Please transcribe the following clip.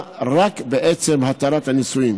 אלא רק בעצם התרת הנישואים.